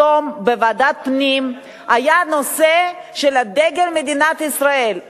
היום עלה בוועדת הפנים הנושא של דגל מדינת ישראל,